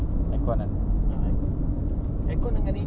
ah betul betul german german quality